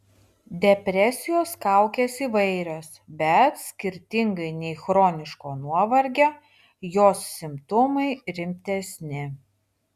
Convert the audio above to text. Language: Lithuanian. depresijos kaukės įvairios bet skirtingai nei chroniško nuovargio jos simptomai rimtesni